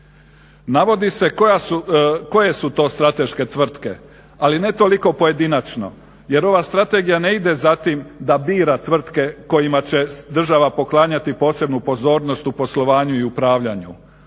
Navodi se koje su to strateške tvrtke, ali ne toliko pojedinačno jer ova strategija ne ide za tim da bira tvrtke kojima će država poklanjati posebnu pozornost u poslovanju i upravljanju,